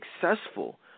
successful